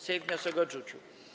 Sejm wniosek odrzucił.